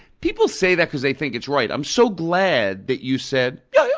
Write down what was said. people say that because they think it's right. i'm so glad that you said, yeah,